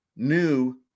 New